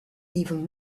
even